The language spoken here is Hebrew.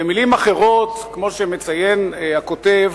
במלים אחרות, כמו שמציין הכותב,